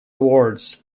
awards